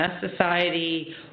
Society